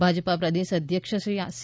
ભાજપા પ્રદેશ અધ્યક્ષશ્રી સી